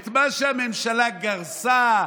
את מה שהממשלה גרסה,